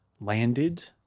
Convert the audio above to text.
landed